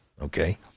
okay